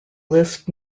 list